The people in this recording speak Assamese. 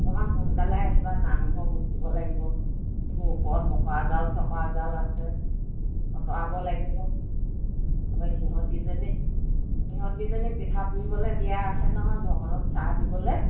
অকমান সোনকালে আহিবা নামঘৰ মুচিব লাগিব একো ওপৰত মকৰা জাল চকৰা জাল আছে আঁতৰাব লাগিব ত সিহঁতকিজনী সিহঁতকিজনী পিঠা পুৰিবলে দিয়া আছে নহয় ভকতক চাহ দিবলে